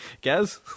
Gaz